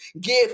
give